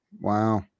Wow